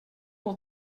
will